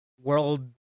World